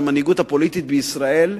את המנהיגות הפוליטית בישראל,